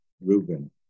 Reuben